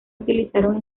utilizaron